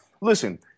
listen